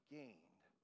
gained